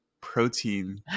protein